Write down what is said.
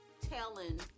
telling